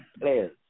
players